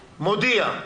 מודיע,